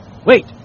Wait